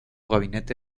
gabinete